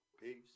Peace